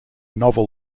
novel